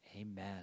amen